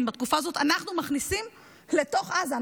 בתקופה הזאת אנחנו מכניסים לתוך עזה.